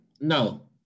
No